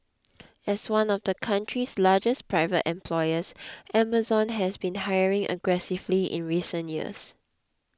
as one of the country's largest private employers Amazon has been hiring aggressively in recent years